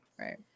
Right